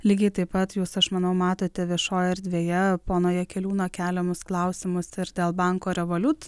lygiai taip pat jūs aš manau matote viešojoje erdvėje pono jakeliūno keliamus klausimas ir dėl banko revolut